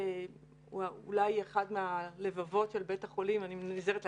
והיא אולי אחד מהלבבות של בית החולים אני נזהרת להגיד,